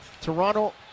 Toronto